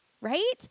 right